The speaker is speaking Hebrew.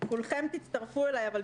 כולכם תצטרפו אליי אבל,